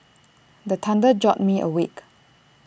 the thunder jolt me awake